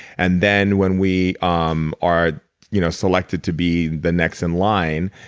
and then, when we um are you know selected to be the next in line,